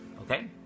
Okay